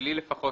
שלי לפחות,